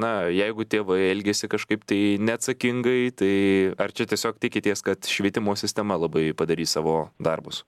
na jeigu tėvai elgiasi kažkaip tai neatsakingai tai ar čia tiesiog tikitės kad švietimo sistema labai padarys savo darbus